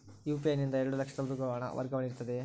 UPI ನಿಂದ ಎರಡು ಲಕ್ಷದವರೆಗೂ ಹಣ ವರ್ಗಾವಣೆ ಇರುತ್ತದೆಯೇ?